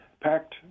packed